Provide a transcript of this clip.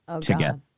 together